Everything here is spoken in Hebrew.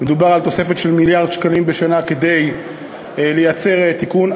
ומדובר על תוספת של מיליארד שקלים בשנה כדי לייצר תיקון.